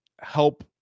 help